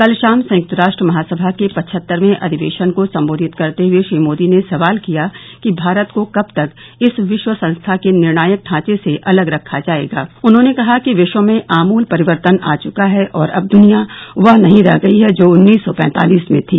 कल शाम संयुक्त राष्ट्र महासभा के पचहत्तरवें अधिवेशन को सम्बोधित करते हुए श्री मोदी ने सवाल किया कि भारत को कब तक इस विश्वसंस्था के निर्णायक ढांचे से अलग रखा जाएगा उन्होंने कहा कि विश्व में आमूल परिर्वतन आ चुका है और अब दुनिया वह नहीं रह गई है जो उन्नीस सौ पैंतालिस में थी